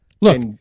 Look